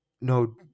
No